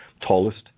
tallest